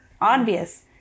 obvious